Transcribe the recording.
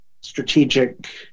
strategic